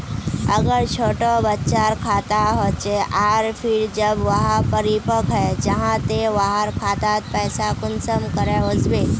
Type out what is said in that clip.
अगर छोटो बच्चार खाता होचे आर फिर जब वहाँ परिपक है जहा ते वहार खातात पैसा कुंसम करे वस्बे?